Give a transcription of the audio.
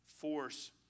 force